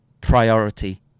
priority